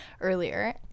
earlier